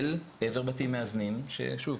אל עבר בתים מאזנים - ושוב,